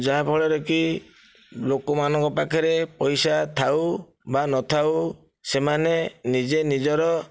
ଯାହାଫଳରେ କି ଲୋକମାନଙ୍କ ପାଖେରେ ପଇସା ଥାଉ ବା ନଥାଉ ସେମାନେ ନିଜେ ନିଜର